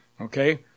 Okay